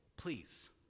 Please